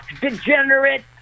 degenerate